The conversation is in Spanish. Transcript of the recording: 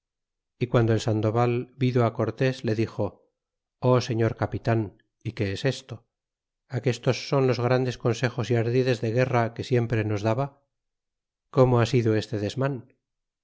y guando el sandoval vido cortés le dixo o señor capitan y qué es esto aquestos son los grandes consejos y ardides de guerra que siempre nos daba cómo ha sido este desman